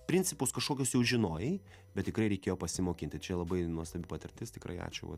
principus kažkokius jau žinojai bet tikrai reikėjo pasimokinti čia labai nuostabi patirtis tikrai ačiū